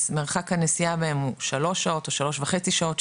מרחק הנסיעה ביניהן הוא שלוש או שלוש וחצי שעות,